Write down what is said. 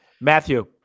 Matthew